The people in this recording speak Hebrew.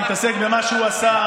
תתעסק במה שהוא עשה.